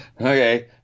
Okay